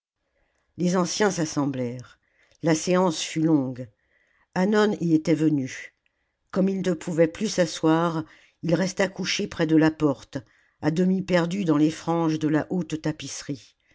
les anciens s'assemblèrent la séance fut longue hannon y était venu comme il ne pouvait plus s'asseoir il resta couché près de la porte à demi perdu dans les franges de la haute tapisserie